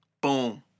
Boom